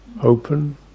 open